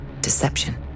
deception